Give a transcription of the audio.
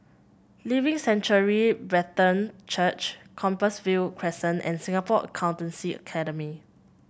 Living Sanctuary Brethren Church Compassvale Crescent and Singapore Accountancy Academy